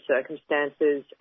circumstances